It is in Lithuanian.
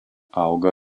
auga